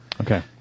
Okay